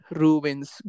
ruins